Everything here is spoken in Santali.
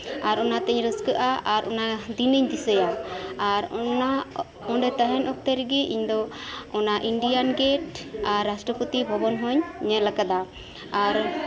ᱟᱨ ᱚᱱᱟᱛᱤᱧ ᱨᱟᱹᱥᱠᱟᱹᱜᱼᱟ ᱟᱨ ᱚᱱᱟ ᱫᱤᱱᱤᱧ ᱫᱤᱥᱟᱹᱭᱟ ᱟᱨ ᱚᱱᱟ ᱚᱸᱰᱮ ᱛᱟᱦᱮᱱ ᱚᱠᱛᱚ ᱨᱮᱜᱮ ᱤᱧᱫᱚ ᱚᱱᱟ ᱤᱱᱰᱤᱭᱟᱱ ᱜᱮᱴ ᱟᱨ ᱨᱟᱥᱴᱚᱨᱚᱯᱚᱛᱤ ᱵᱷᱚᱵᱚᱱ ᱦᱚᱧ ᱧᱮᱞ ᱟᱠᱟᱫᱟ ᱟᱨ